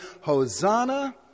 Hosanna